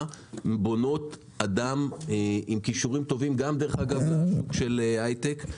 בונות אדם עם כישורים טובים גם דרך אגב בשוק של הייטק,